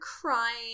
crying